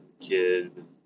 kid